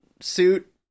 suit